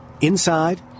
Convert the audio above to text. inside